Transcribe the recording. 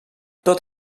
tot